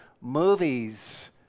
movies